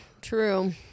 true